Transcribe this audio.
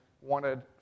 wanted